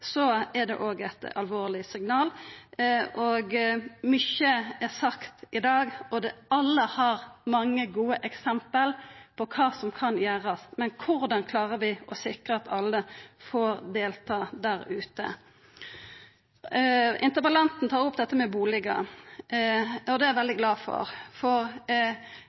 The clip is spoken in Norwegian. det òg eit alvorleg signal. Mykje er sagt i dag, og alle har mange gode eksempel på kva som kan gjerast, men korleis klarar vi å sikra at alle får delta der ute? Interpellanten tar opp dette med bustader, og det er eg veldig glad for, for